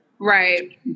Right